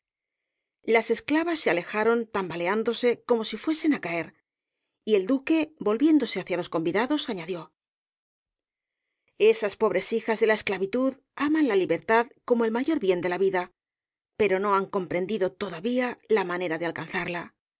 las esclavas se alejaron tambaleándose como si fuesen á caer y el duque volviéndose hacia los convidados añadió esas pobres hijas de la esclavitud aman la libertad como el mayor bien de la vida pero no han comprendido todavía la manera de alcanzarla